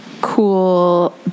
cool